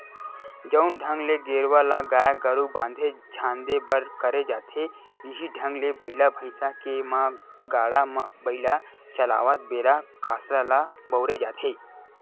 जउन ढंग ले गेरवा ल गाय गरु बांधे झांदे बर करे जाथे इहीं ढंग ले बइला भइसा के म गाड़ा बइला चलावत बेरा कांसरा ल बउरे जाथे